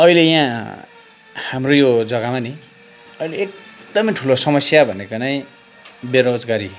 अहिले यहाँ हाम्रो यो जग्गामा नि अहिले एकदमै ठुलो समस्या भनेको नै बेरोजगारी